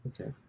Okay